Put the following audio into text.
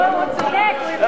לא הגיוני.